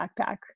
backpack